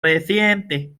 reciente